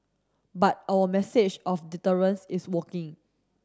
but our message of deterrence is working